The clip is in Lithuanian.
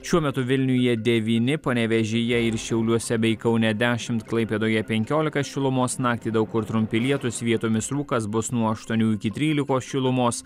šiuo metu vilniuje devyni panevėžyje ir šiauliuose bei kaune dešimt klaipėdoje penkiolika šilumos naktį daug kur trumpi lietūs vietomis rūkas bus nuo aštuonių iki trylikos šilumos